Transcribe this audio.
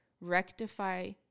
rectify